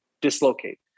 dislocate